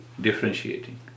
differentiating